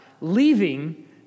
leaving